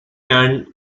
and